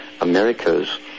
Americas